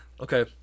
Okay